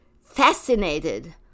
fascinated